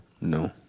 No